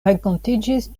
renkontiĝis